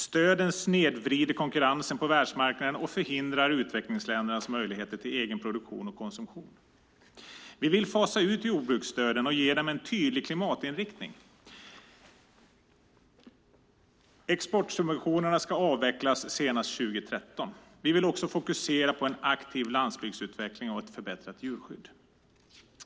Stöden snedvrider konkurrensen på världsmarknaden och förhindrar utvecklingsländernas möjligheter till egen produktion och konsumtion. Vi vill fasa ut jordbruksstöden och ge dem en tydlig klimatinriktning. Exportsubventionerna ska avvecklas senast 2013. Vi vill också fokusera på en aktiv landsbygdsutveckling och ett förbättrat djurskydd.